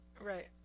Right